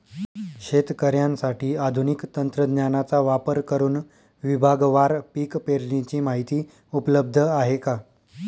शेतकऱ्यांसाठी आधुनिक तंत्रज्ञानाचा वापर करुन विभागवार पीक पेरणीची माहिती उपलब्ध आहे का?